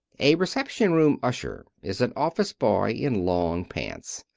a reception-room usher is an office boy in long pants.